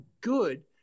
good